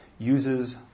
uses